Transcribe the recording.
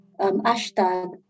hashtag